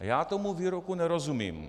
A já tomuto výroku nerozumím.